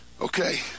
Okay